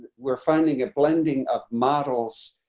we're finding a blending of models,